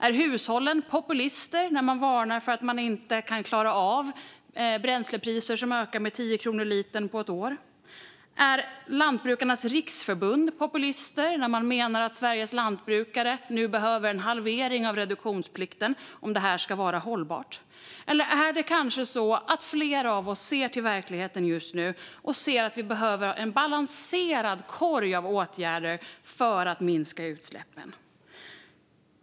Är hushållen populister när man varnar för att man inte kan klara av bränslepriser som ökar med 10 kronor litern på ett år? Är Lantbrukarnas Riksförbund populister när man menar att Sveriges lantbrukare nu behöver en halvering av reduktionsplikten om det här ska vara hållbart? Eller är det kanske så att flera av oss ser till verkligheten just nu och ser att vi behöver ha en balanserad korg av åtgärder för att minska utsläppen?